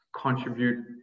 contribute